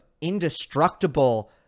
indestructible